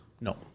No